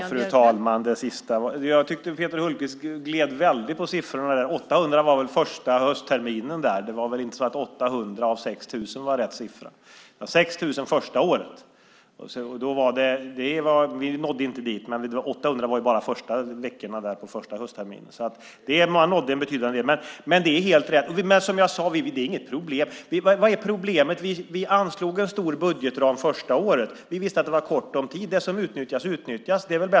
Fru talman! Jag tycker att Peter Hultqvist gled väldigt mycket på siffrorna. 800 var det väl den första höstterminen? Det var väl inte så att 800 av 6 000 var rätt siffra? Det handlade om 6 000 det första året. Vi nådde inte dit. Men 800 var det bara under de första veckorna av den första höstterminen. Man nådde alltså en betydande del. Men som jag sade är det inget problem. Vad är problemet? Vi anslog en stor budgetram det första året. Vi visste att det var kort om tid. Det som utnyttjas utnyttjas.